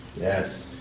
Yes